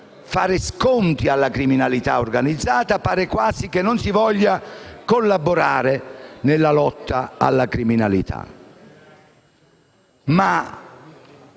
fare sconti alla criminalità organizzata; che non si voglia collaborare nella lotta alla criminalità.